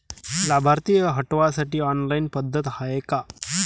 लाभार्थी हटवासाठी ऑनलाईन पद्धत हाय का?